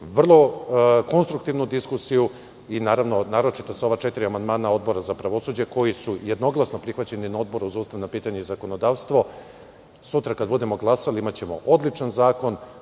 vrlo konstruktivnu diskusiju. Naročito sa ova četiri amandmana Odbora za pravosuđe, koji su jednoglasno prihvaćeni na Odboru za ustavna pitanja i zakonodavstvo, sutra kad budemo glasali imaćemo odličan zakon,